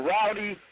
Rowdy